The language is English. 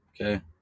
okay